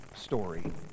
story